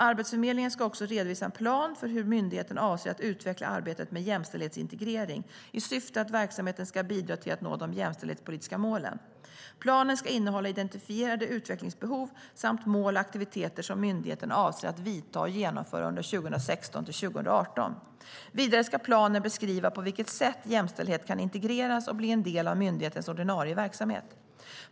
Arbetsförmedlingen ska också redovisa en plan för hur myndigheten avser att utveckla arbetet med jämställdhetsintegrering, i syfte att verksamheten ska bidra till att nå de jämställdhetspolitiska målen. Planen ska innehålla identifierade utvecklingsbehov samt mål och aktiviteter som myndigheten avser att vidta och genomföra under 2016-2018. Vidare ska planen beskriva på vilket sätt jämställdhet kan integreras och bli en del av myndighetens ordinarie verksamhet.